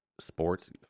sports